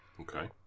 Okay